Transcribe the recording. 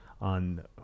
on